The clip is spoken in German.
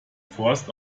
forst